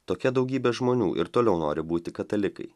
tokia daugybė žmonių ir toliau nori būti katalikai